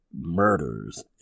murders